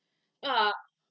uh